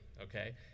okay